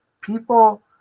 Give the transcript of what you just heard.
people